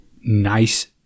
nice